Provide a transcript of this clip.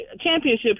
championship